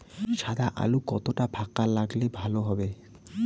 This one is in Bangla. সাদা আলু কতটা ফাকা লাগলে ভালো হবে?